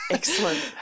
Excellent